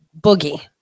boogie